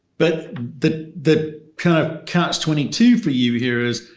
but the the kind of catch twenty two for you here is,